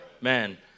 Man